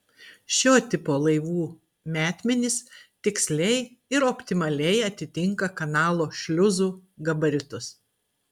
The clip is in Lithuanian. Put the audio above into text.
šio tipo laivų metmenys tiksliai ir optimaliai atitinka kanalo šliuzų gabaritus